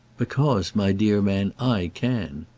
because, my dear man, i can!